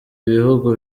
ibihugu